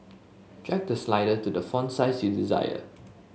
drag the slider to the font size you desire